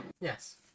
Yes